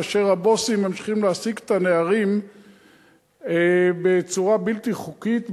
כאשר הבוסים ממשיכים להעסיק את הנערים בצורה בלתי חוקית,